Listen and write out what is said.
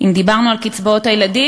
את הקשישים, את הפריפריה, את העצמאים,